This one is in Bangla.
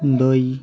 দই